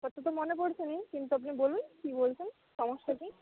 আপাতত মনে পড়ছে না কিন্তু আপনি বলুন কি বলছেন সমস্যা কি